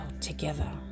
together